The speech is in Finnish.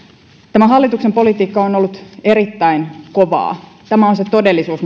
tämä hallituksen politiikka on on ollut erittäin kovaa tämä on se todellisuus